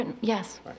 Yes